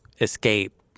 escape